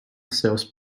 sells